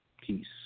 Peace